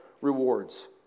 rewards